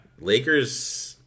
Lakers